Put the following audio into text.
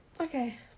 Okay